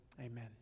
amen